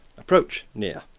approache near,